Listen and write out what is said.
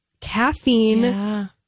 caffeine